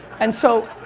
and so,